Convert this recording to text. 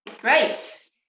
Great